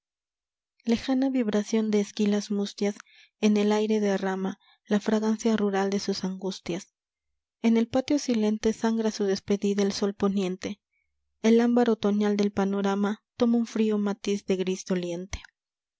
lejana vibración de esquilas mustias en el aire derrama la fragancia rural de sus angustias en el patio silente sangra su despedida el sol poniente el ámbar otoñal del panorama toma un frío matiz de gris doliente